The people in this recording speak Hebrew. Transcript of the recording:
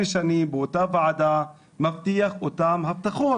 שנים באותה ועדה מבטיח אותן הבטחות.